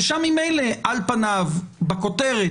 ושם ממילא על פניו בכותרת,